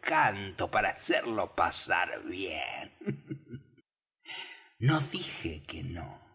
canto para hacerlo pasar bien no dije que no